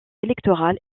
électorales